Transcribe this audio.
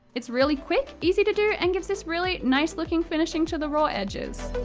it's really quick, easy to do and gives this really nice-looking finishing to the raw edges.